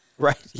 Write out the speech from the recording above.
right